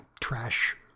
trash